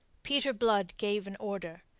peter blood gave an order.